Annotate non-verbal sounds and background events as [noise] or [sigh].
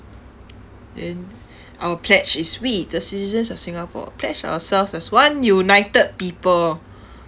then our pledge is we the citizens of singapore pledge ourselves as one united people [breath]